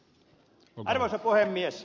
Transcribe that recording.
arvoisa puhemies